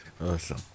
Awesome